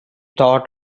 thought